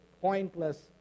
pointless